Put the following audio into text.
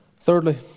Thirdly